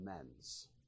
amends